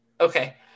Okay